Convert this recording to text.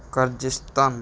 Kazakhstan